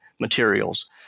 materials